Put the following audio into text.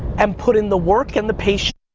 and put in the work and the patience,